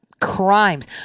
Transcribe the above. Crimes